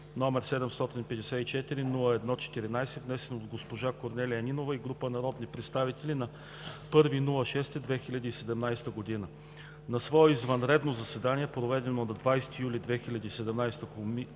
№ 754-01-14 , внесен от г-жа Корнелия Нинова и група народни представители на 1 юни 2017 г. На свое извънредно заседание, проведено на 20 юли 2017 година